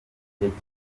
yagize